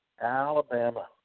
Alabama